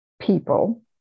people